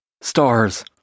Stars